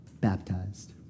baptized